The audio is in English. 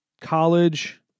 College